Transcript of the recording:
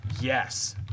Yes